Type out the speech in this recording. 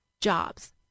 jobs